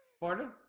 Pardon